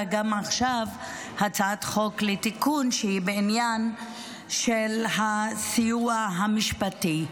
עכשיו הצעת חוק לתיקון שהיא בעניין של הסיוע המשפטי.